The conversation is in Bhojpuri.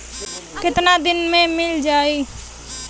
कितना दिन में मील जाई?